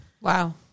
Wow